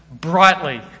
brightly